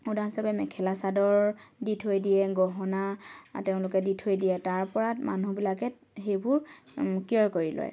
উদাহৰণস্বৰূপে মেখেলা চাদৰ দি থৈ দিয়ে গহনা তেওঁলোকে দি থৈ দিয়ে তাৰপৰা মানুহবিলাকে সেইবোৰ ক্ৰয় কৰি লয়